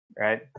right